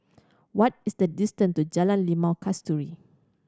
what is the distance to Jalan Limau Kasturi